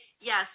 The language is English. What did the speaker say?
Yes